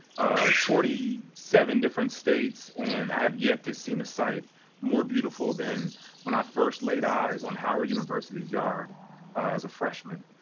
forty seven different states, and i have yet to see and a sight more beautiful than when i first laid eyes on howard university's yard as a freshman.